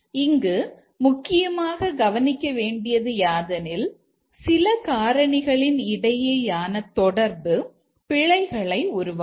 இங்கு முக்கியமாக கவனிக்க வேண்டியது யாதெனில் சில காரணிகளின் இடையேயான தொடர்பு பிழைகளை உருவாக்கும்